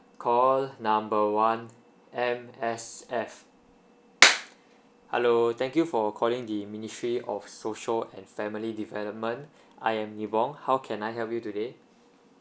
call number one M_S_F hello thank you for calling the ministry of social and family development I am Ni Won how can I help you today